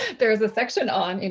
there's a section on, and